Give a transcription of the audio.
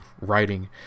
writing